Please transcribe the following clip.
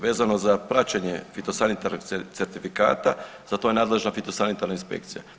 Vezano za praćenje fitosanitarnog certifikata za to je nadležna fitosanitarna inspekcija.